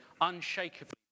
unshakably